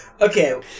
Okay